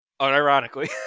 Unironically